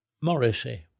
Morrissey